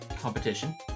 competition